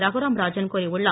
ரகுராம் ராஜன் கூறியுள்ளார்